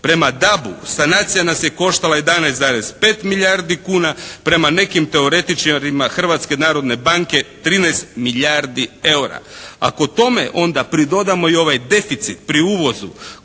Prema DAB-u sanacija nas je koštala 11,5 milijardi kuna. Prema nekim teoretičarima Hrvatske narodne banke 13 milijardi eura. Ako tome onda pridodamo u ovaj deficit pri uvozu